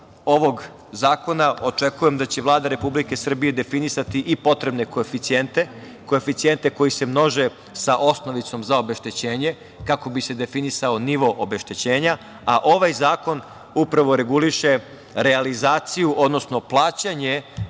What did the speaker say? ovog zakona očekujem da će Vlada Republike Srbije definisati i potrebne koeficijente, koeficijente koji se množe sa osnovicom za obeštećenje, kako bi se definisao nivo obeštećenja. Ovaj zakon upravo reguliše realizaciju, odnosno plaćanje